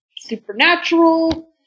supernatural